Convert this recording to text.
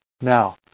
Now